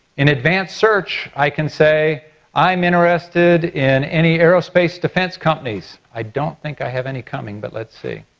in advanced search i can say i am interested in any aerospace defense companies. i don't think i have any coming but let's see.